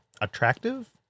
attractive